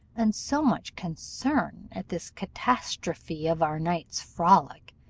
and so much concern at this catastrophe of our night's frolic,